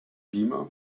beamer